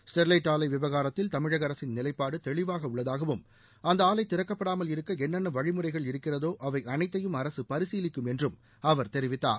Sterlite ஆலை விவகாரத்தில் தமிழக அரசின் நிவைப்பாடு தெளிவாக உள்ளதாகவும் அந்த ஆலை திறக்கப்படாமல் இருக்க என்னென்ன வழிமுறைகள் இருக்கிறதோ அவை அனைத்தையும் அரசு பரிசீலிக்கும் என்றும் அவர் தெரிவித்தார்